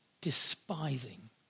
despising